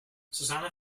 susanna